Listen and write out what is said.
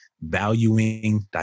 Valuing